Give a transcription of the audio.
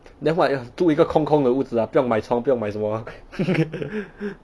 then what 住一个空空的屋子啊不用买床不用买什么啊